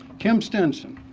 kim stenson,